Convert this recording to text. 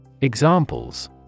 Examples